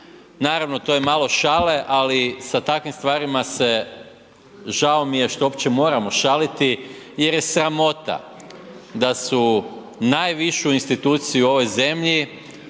Naravno to je malo šale, ali sa takvim stvarima se žao mi je što uopće moramo šaliti jer je sramota da su najvišu instituciju hrvatsku